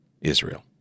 Israel